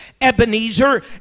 Ebenezer